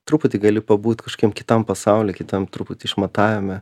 truputį gali pabūt kažkokiam kitam pasauly kitam truputį išmatavime